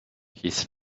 his